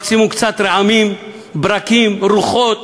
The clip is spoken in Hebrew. מקסימום קצת רעמים, ברקים, רוחות,